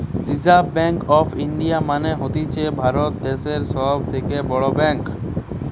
reserve bank of India মানে হতিছে ভারত দ্যাশের সব থেকে বড় ব্যাঙ্ক